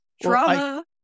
drama